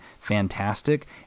Fantastic